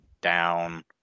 down